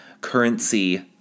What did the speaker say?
currency